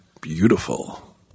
beautiful